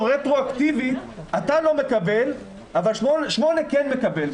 שרטרואקטיבית הוא לא יקבל אבל 8 כן יקבל.